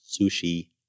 sushi